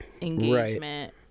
engagement